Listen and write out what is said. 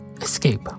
escape